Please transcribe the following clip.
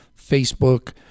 Facebook